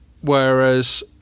Whereas